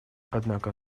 однако